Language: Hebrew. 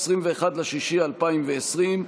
21 ביוני 2020,